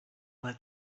that